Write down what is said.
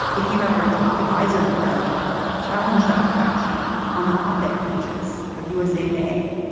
it came after a top adviser to the president challenged dr. foushee on the op ed pages of usa today.